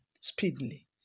Speedily